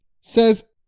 says